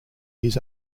his